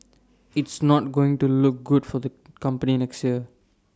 it's not going to look good for the company next year